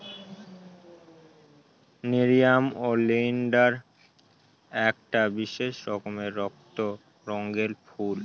nerium oleander একটা বিশেষ রকমের রক্ত রঙের ফুল